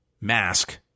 Mask